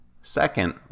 Second